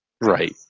right